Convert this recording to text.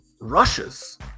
rushes